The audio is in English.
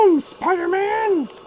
SPIDER-MAN